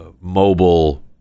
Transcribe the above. mobile